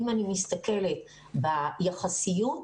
אם אני מסתכלת ביחסיות,